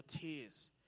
tears